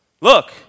Look